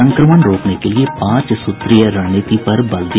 संक्रमण रोकने के लिए पांच सूत्रीय रणनीति पर बल दिया